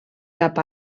cap